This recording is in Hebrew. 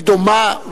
היא דומה,